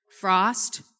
Frost